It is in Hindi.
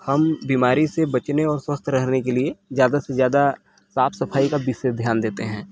हम बीमारी से बचने और स्वस्थ रहने के लिए ज़्यादा से ज़्यादा साफ सफाई का विशेष ध्यान देते हैं